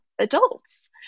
adults